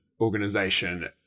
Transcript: organization